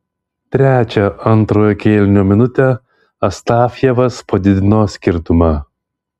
trečią antrojo kėlinio minutę astafjevas padidino skirtumą